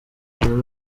dore